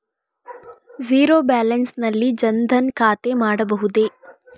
Zero balance ನಲ್ಲಿ ಜನ್ ಧನ್ ಖಾತೆ ಮಾಡಬಹುದೇ?